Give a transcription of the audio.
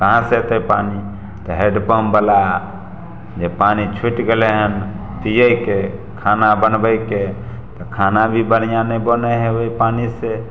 कहाँ सँ एतै पानी तऽ हैडपम्प बला जे पानी छुटि गेलै हन पियैके खाना बनबैके तऽ खाना भी बढ़िऑं नहि बनै है ओहि पानि से